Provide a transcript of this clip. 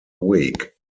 week